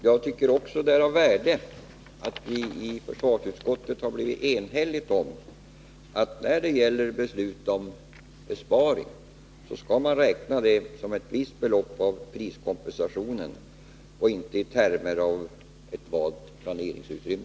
Jag tycker också det är av värde att vi i försvarsutskottet har blivit ense om, att man när det gäller beslut om besparingar, skall räkna det som ett visst belopp av priskompensationen och inte i termer av ett ”realt” planeringsutrymme.